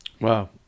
Wow